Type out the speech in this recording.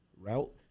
route